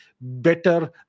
better